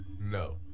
no